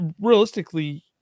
realistically